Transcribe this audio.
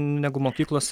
negu mokyklos